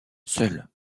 seuls